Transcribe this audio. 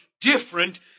different